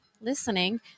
listening